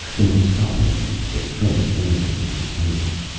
the most common of these they transplanted into the cage.